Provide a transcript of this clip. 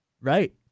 Right